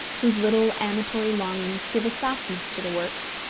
whose little amatory longings give a softness to the work.